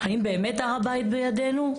האם באמת הר הבית בידינו?